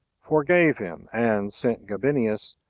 forgave him, and sent gabinius,